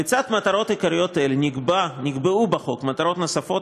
לצד מטרות עיקריות אלה נקבעו בחוק מטרות נוספות,